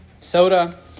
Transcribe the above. soda